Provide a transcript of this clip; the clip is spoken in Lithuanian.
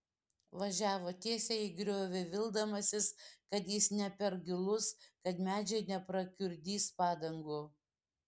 važiavo tiesiai į griovį vildamasis kad jis ne per gilus kad medžiai neprakiurdys padangų